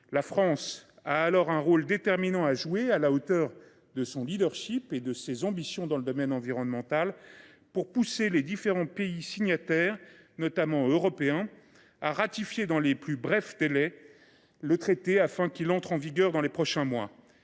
La France a un rôle déterminant à jouer, à la hauteur de son leadership et de ses ambitions dans le domaine environnemental, pour inciter les différents pays signataires, notamment européens, à ratifier dans les plus brefs délais le traité afin qu’il entre en vigueur dans les prochains mois.